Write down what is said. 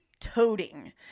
toading